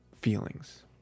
feelings